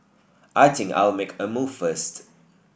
I think I'll make a move first